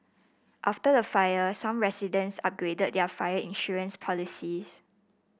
after the fire some residents upgraded their fire insurance policies